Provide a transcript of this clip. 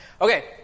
Okay